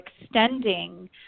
extending